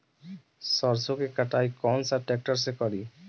सरसों के कटाई कौन सा ट्रैक्टर से करी?